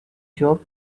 job